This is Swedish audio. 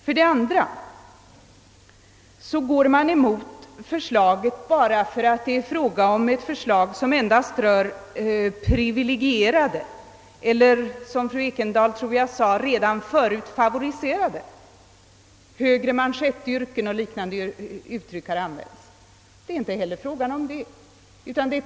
För det andra går man emot förslaget enbart därför att detta endast skulle avsc privilegierade eller, som jag tror fru Ekendahl sade, redan favoriserade grupper; högre manschettyrken och liknande uttryck har också använts. Det är inte heller fråga om något sådant.